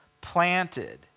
planted